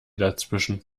dazwischen